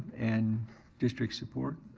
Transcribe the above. and district support.